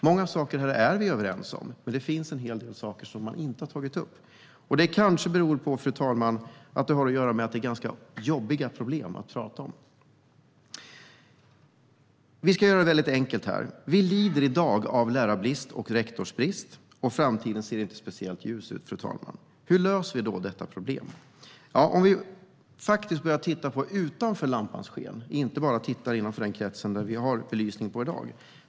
Många saker är vi överens om, men det finns en del saker som man inte har tagit upp. Det kanske beror på att det är jobbiga problem. Låt mig göra det lite enkelt i dag. Sverige lider i dag av lärarbrist och rektorsbrist. Framtiden ser inte speciellt ljus ut. Hur löser vi då detta problem? Låt oss titta utanför lampans sken, inte bara titta innanför den krets där det finns belysning i dag.